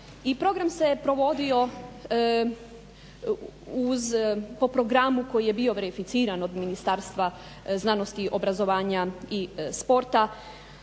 i program se provodio po programu koji je bio reificiran od Ministarstva znanosti, obrazovanja i sporta.